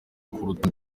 kuruta